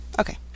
Okay